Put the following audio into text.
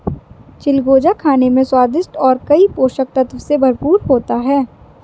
चिलगोजा खाने में स्वादिष्ट और कई पोषक तत्व से भरपूर होता है